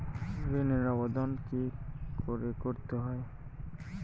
ঋণের আবেদন কি করে করতে হয়?